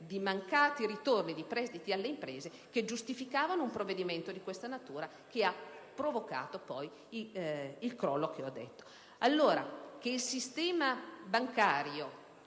di mancati ritorni di prestiti alle imprese che giustificava un provvedimento di questa natura, che ha poi provocato il crollo di cui ho parlato. Che il sistema bancario